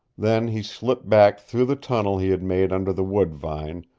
then he slipped back through the tunnel he had made under the wood-vine,